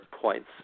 points